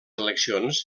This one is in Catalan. eleccions